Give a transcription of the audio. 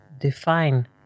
Define